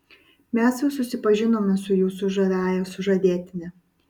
mes jau susipažinome su jūsų žaviąja sužadėtine